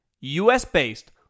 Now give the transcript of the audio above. us-based